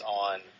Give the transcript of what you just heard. on